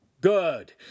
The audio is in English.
good